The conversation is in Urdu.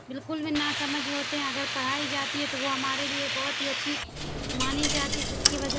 بالکل بھی ناسمجھ ہوتے ہیں اگر پڑھائی جاتی ہے تو وہ ہمارے لیے بہت ہی اچھی مانی جاتی ہے جس کی وجہ